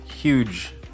huge